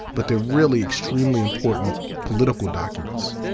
but they're really extremely important political documents.